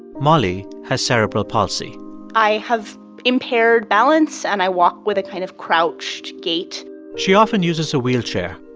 molly has cerebral palsy i have impaired balance, and i walk with a kind of crouched gait she often uses a wheelchair.